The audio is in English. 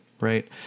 right